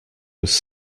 was